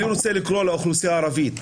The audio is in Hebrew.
אני רוצה לקרוא לאוכלוסייה הערבית,